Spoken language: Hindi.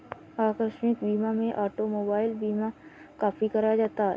आकस्मिक बीमा में ऑटोमोबाइल बीमा काफी कराया जाता है